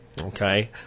Okay